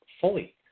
fully